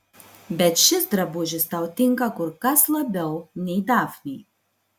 bet šis drabužis tau tinka kur kas labiau nei dafnei